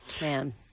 Man